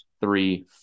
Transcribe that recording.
three